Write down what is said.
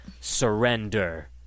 surrender